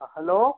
हँ हलो